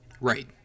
Right